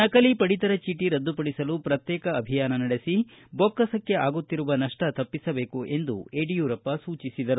ನಕಲಿ ಪಡಿತರ ಜೀಟಿ ರದ್ದುಪಡಿಸಲು ಪ್ರತ್ಯೇಕ ಅಭಿಯಾನ ನಡೆಸಿ ಬೊಕ್ಕಸಕ್ಕೆ ಆಗುತ್ತಿರುವ ನಷ್ಟ ತಪ್ಪಿಸಬೇಕು ಎಂದು ಯಡಿಯೂರಪ್ಪ ಸೂಚಿಸಿದರು